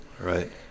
right